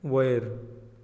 वयर